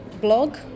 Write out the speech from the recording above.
blog